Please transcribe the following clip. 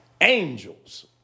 angels